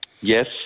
Yes